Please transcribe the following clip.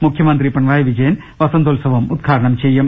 മുഖ്യമന്ത്രി പിണറായി വിജയൻ വസന്തോൽസവം ഉദ്ഘാടനം ചെയ്യും